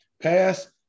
pass